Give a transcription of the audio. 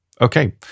Okay